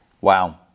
Wow